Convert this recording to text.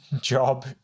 job